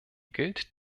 gilt